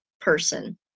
person